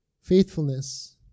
Faithfulness